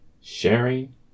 sharing